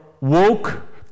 woke